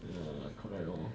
ya correct lor